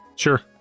Sure